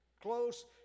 close